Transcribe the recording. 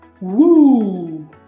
Woo